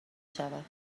شود